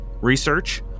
research